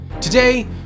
Today